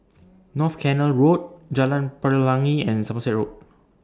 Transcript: North Canal Road Jalan Pelangi and Somerset Road